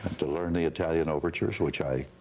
to learn the italian overtures, which i